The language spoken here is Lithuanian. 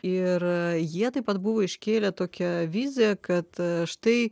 ir jie taip pat buvo iškėlę tokia viziją kad štai